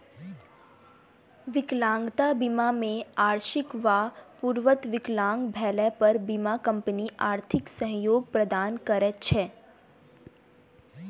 विकलांगता बीमा मे आंशिक वा पूर्णतः विकलांग भेला पर बीमा कम्पनी आर्थिक सहयोग प्रदान करैत छै